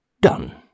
Done